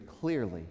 clearly